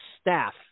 staff